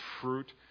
fruit